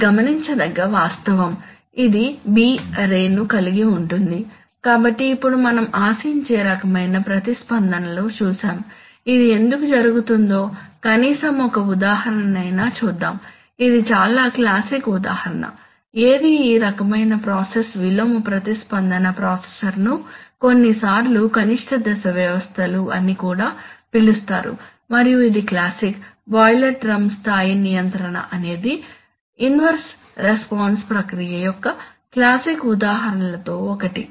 ఇది గమనించదగ్గ వాస్తవం ఇది b అర్రే ను కలిగి ఉంది కాబట్టి ఇప్పుడు మనం ఆశించే రకమైన ప్రతిస్పందనలను చూశాము అది ఎందుకు జరుగుతుందో కనీసం ఒక ఉదాహరణనైనా చూద్దాం ఇది చాలా క్లాసిక్ ఉదాహరణ ఏది ఈ రకమైన ప్రాసెస్ విలోమ ప్రతిస్పందన ప్రాసెసర్ను కొన్నిసార్లు కనిష్ట దశ వ్యవస్థలు అని కూడా పిలుస్తారు మరియు ఇది క్లాసిక్ బాయిలర్ డ్రమ్ స్థాయి నియంత్రణ అనేది ఇన్వెర్స్ రెస్పాన్స్ ప్రక్రియ యొక్క క్లాసిక్ ఉదాహరణలలో ఒకటి